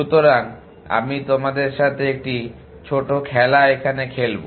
সুতরাং আমি তোমাদের সাথে একটি ছোট খেলা এখানে খেলবো